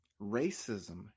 racism